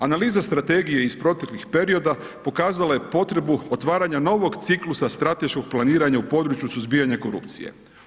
Analiza strategije iz proteklih perioda pokazala je potrebu otvaranja novog ciklusa strateškog planiranja u području suzbijanja korupcije.